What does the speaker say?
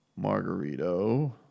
Margarito